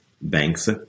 banks